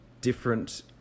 different